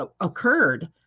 occurred